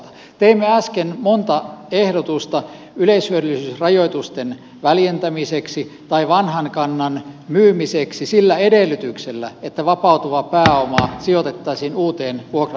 teimme äsken monta ehdotusta yleishyödyllisyysrajoitusten väljentämiseksi tai vanhan kannan myymiseksi sillä edellytyksellä että vapautuva pääoma sijoitettaisiin uuteen vuokra asuntotuotantoon